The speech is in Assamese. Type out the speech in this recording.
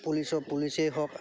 পুলিচৰ পুলিচেই হওক